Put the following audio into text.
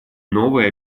новые